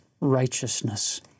righteousness